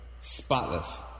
Spotless